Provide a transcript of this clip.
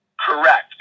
Correct